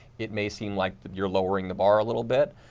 it may seem like you are lowering the bar a little bit.